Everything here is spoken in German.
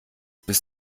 bis